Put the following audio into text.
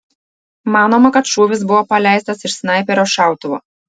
manoma kad šūvis buvo paleistas iš snaiperio šautuvo